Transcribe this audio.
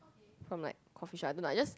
from like coffeeshop I don't know just